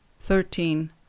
thirteen